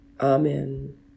Amen